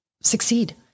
succeed